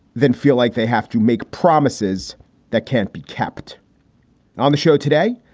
then feel like they have to make promises that can't be kept on the show today.